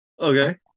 okay